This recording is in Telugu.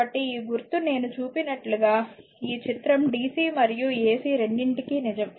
కాబట్టి ఈ గుర్తు నేను చూపినట్లుగా ఈ చిత్రం dc మరియు ac రెండింటికీ నిజం